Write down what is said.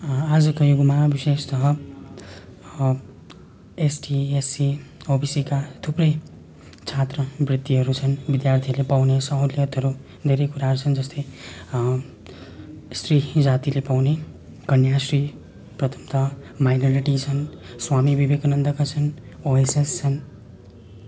आजको युगमा विशेषतः एसटी एससी ओबिसीका थुप्रै छात्रवृत्तिहरू छन् विद्यार्थीले पाउने सहुलियतहरू धेरै कुराहरू छन् जस्तै स्त्री जातिले पाउने कन्याश्री प्रथमतः माइनोरिटी छन् स्वामी विवेकानन्दका छन् ओएसएस छन्